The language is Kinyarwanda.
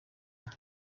aka